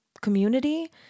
community